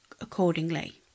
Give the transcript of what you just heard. accordingly